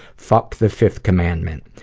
fuck the fifth commandment.